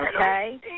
okay